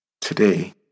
Today